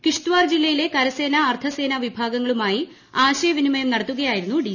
കിഷ്ത്വാർ ജില്ലയിലെ കരസേന അർധ സേനാ വിഭാഗങ്ങളുമായി ആശയവിനിമയം നടത്തുകയായിരുന്നു ഡി